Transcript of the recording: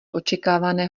očekávané